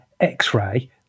x-ray